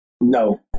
No